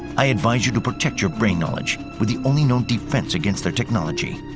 i advise you to protect your brain knowledge with the only known defense against the technology.